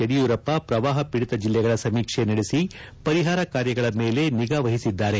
ಯಡಿಯೂರಪ್ಪ ಪ್ರವಾಪ ಪೀಡಿ ಜಿಲ್ಲೆಗಳ ಸಮೀಕೆ ನಡೆಸಿ ಪರಿಹಾರ ಕಾರ್ಯಗಳ ಮೇಲೆ ನಿಗಾ ವಹಿಸಿದ್ದಾರೆ